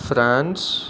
France